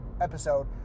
episode